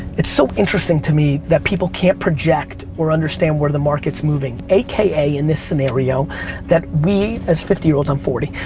it's so interesting to me that people can't project or understand what the market is moving. a k a. in this scenario that we as fifty year olds, i'm forty.